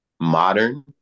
modern